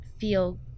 feel